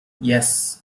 yes